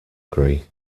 agree